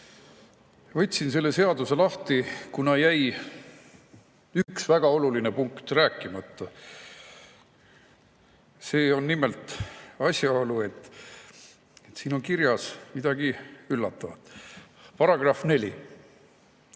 Võtsin selle seaduse lahti, kuna üks väga oluline punkt jäi rääkimata. See on nimelt asjaolu, et siin on kirjas midagi üllatavat. Paragrahv 4: